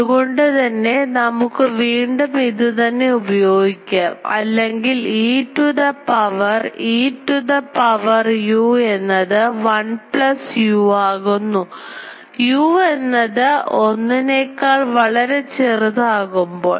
അതുകൊണ്ട് തന്നെ നമുക്ക് വീണ്ടും ഇതുതന്നെ ഉപയോഗിക്കാം അല്ലെങ്കിൽ e to the power e to the power u എന്നത് 1 plus u ആകുന്നു u എന്നത് 1 കാൾ വളരെ ചെറുതാകും പോൾ